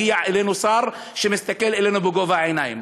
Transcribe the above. הגיע אלינו שר שמסתכל אלינו בגובה העיניים.